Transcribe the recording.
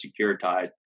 securitized